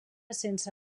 sense